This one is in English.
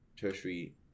tertiary